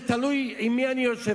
זה תלוי עם מי אני יושב,